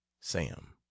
Sam